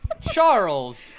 Charles